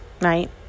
right